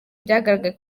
byagaragaye